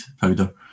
powder